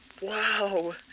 Wow